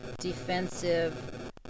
defensive